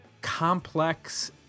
complex